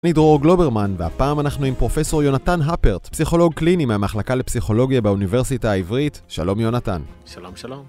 אני דרור גלוברמן, והפעם אנחנו עם פרופסור יונתן הפרט, פסיכולוג קליני מהמחלקה לפסיכולוגיה באוניברסיטה העברית. שלום יונתן. שלום שלום.